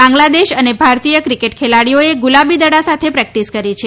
બાંગ્લાદેશ અને ભારતીય ક્રિકેટ ખેલાડીઓએ ગુલાબી દડા સાથે પ્રેક્ટીસ કરી છે